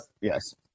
yes